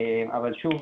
אבל שוב,